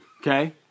Okay